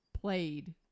played